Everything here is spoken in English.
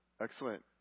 Excellent